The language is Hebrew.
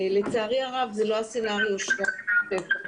לצערי הרב, זה לא הסצנריו ---.